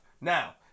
Now